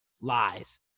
lies